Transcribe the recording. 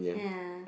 yeah